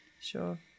Sure